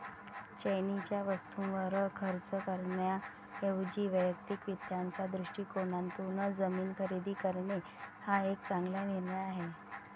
चैनीच्या वस्तूंवर खर्च करण्याऐवजी वैयक्तिक वित्ताच्या दृष्टिकोनातून जमीन खरेदी करणे हा एक चांगला निर्णय आहे